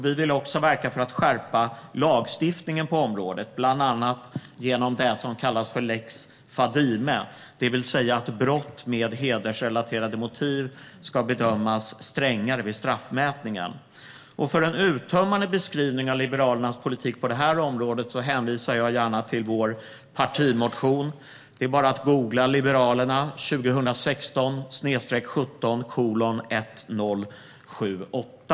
Vi vill också verka för att skärpa lagstiftningen på området, bland annat genom det som kallas lex Fadime, det vill säga att brott med hedersrelaterade motiv ska bedömas strängare vid straffmätningen. För en uttömmande beskrivning av Liberalernas politik på detta område hänvisar jag gärna till vår partimotion. Det är bara att googla: Liberalerna 2016/17:1078.